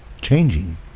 changing